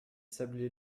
sablés